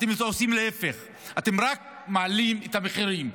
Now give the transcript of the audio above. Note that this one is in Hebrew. אתם עושים להפך, אתם רק מעלים את המחירים.